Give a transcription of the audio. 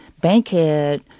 Bankhead